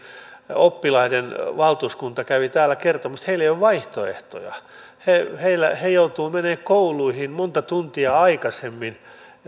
oppilaiden valtuuskunta kävi täällä kertomassa että heillä ei ole vaihtoehtoja he joutuvat menemään kouluihin monta tuntia aikaisemmin